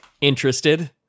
interested